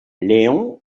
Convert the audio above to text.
leon